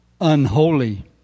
unholy